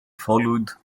followed